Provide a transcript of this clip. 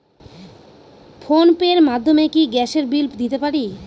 Phone pay র মাধ্যমে কি গ্যাসের বিল দিতে পারি?